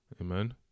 Amen